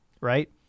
right